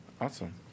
awesome